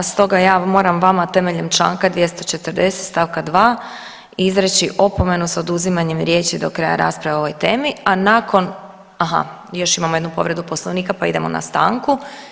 Stoga ja moram vama temeljem Članka 240. stavka 2. izreći opomenu s oduzimanjem riječi do kraja rasprave o ovoj temi, a nakon, aha još imamo jednu povredu Poslovnika pa idemo na stanku.